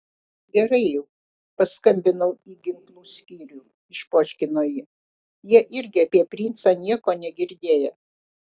gerai jau paskambinau ir į ginklų skyrių išpoškino ji jie irgi apie princą nieko negirdėję